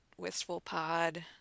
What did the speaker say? wistfulpod